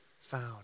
found